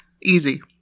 Easy